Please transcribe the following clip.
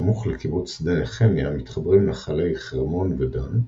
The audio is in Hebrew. סמוך לקיבוץ שדה נחמיה מתחברים נחלי חרמון ודן,